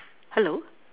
hello